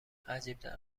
عجیبتر